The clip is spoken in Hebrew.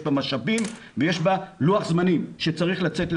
בה משאבים ויש בה לוח זמנים שצריך לצאת לדרך.